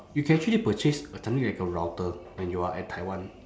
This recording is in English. you can actually purchase a something like a router when you are at taiwan